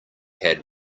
had